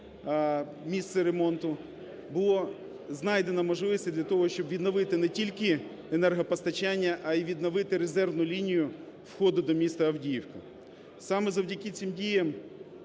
місце ремонту. Було знайдено можливості для того, щоб відновити не тільки енергопостачання, а й відновити резервну лінію входу до міста Авдіївка. Саме завдяки цим діям